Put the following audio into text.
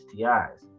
STIs